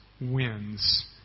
wins